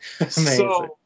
amazing